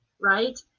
right